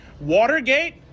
Watergate